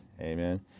amen